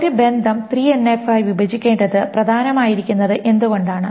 ഒരു ബന്ധം 3NF ആയി വിഭജിക്കേണ്ടത് പ്രധാനമായിരിക്കുന്നത് എന്തുകൊണ്ടാണ്